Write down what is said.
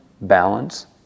balance